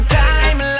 time